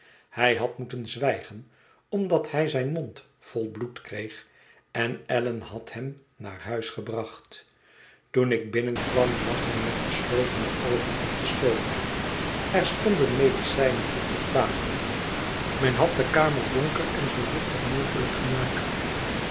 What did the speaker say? hij had moeten zwijgen omdat hij zijn mond vol bloed kreeg en allan had hem naar huis gebracht toen ik binnenkwam lag hij met geslotene oogen op de sofa er stonden medicijnen op de tafel men had de kamer donker en zoo luchtig mogelijk gemaakt